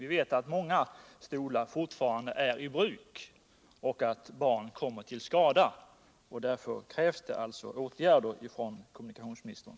Vi vet att många stolar fortfarande är i bruk och att barn kommer till skada. Därför krävs det åtgärder av kommunikationsministern.